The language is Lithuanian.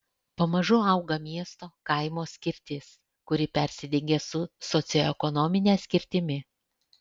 pamažu auga miesto kaimo skirtis kuri persidengia su socioekonomine skirtimi